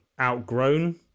outgrown